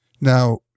Now